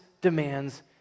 demands